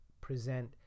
present